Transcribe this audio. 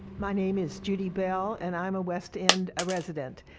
my name is judy bell and i am a west end ah resident.